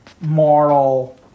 moral